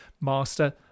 master